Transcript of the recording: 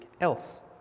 else